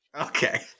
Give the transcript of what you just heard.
Okay